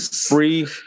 Free